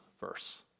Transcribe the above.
verse